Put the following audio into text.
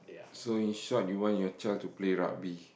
so in short you want your child to play rugby